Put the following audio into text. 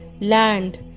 land